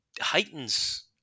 heightens